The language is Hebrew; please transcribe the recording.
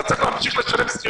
אתה צריך להמשיך לשלם את השכירות,